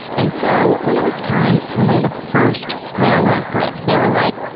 and so when it was time to lay the first railroad brick, they were like,